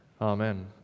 Amen